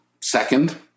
second